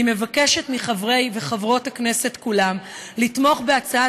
אני מבקשת מחברי וחברות הכנסת כולם לתמוך בהצעת